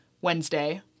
Wednesday